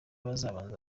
bazabanza